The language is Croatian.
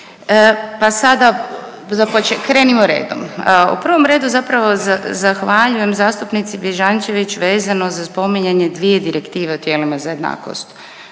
pa sada krenimo redom. U prvom redu zapravo zahvaljujem zastupnici Bježančević vezano za spominjanje dvije direktive u tijelima za jednakost,